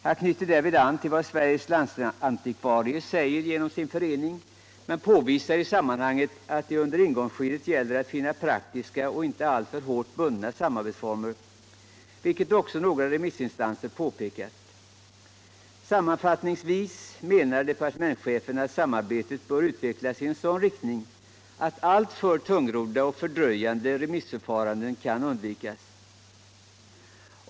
Därvid knyter han an till vad Sveriges landsantikvarier säger genom sin förening men påvisar i sammanhanget att det under ingångsskedet gäller att finna praktiska och inte alltför hårt bundna samarbetsformer, vilket också några remissinstanser har påpekat. Sammanfattningsvis menar departementschefen att samarbetet bör utvecklas I sådan riktning att alltför tungrodda och fördröjande remissförfaranden kan undvikas.